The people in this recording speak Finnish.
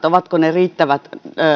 ovatko ne riittävät